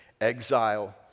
exile